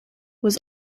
was